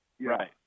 right